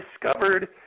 discovered